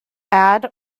add